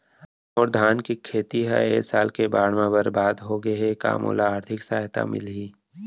मोर धान के खेती ह ए साल के बाढ़ म बरबाद हो गे हे का मोला आर्थिक सहायता मिलही?